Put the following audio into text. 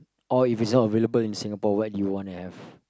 or if it's not available in Singapore what do you want to have